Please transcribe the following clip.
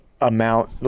amount